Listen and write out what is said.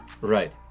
Right